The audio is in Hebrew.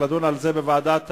צריך לדון על זה בוועדת הפנים.